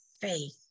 faith